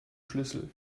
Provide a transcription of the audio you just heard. schlüssel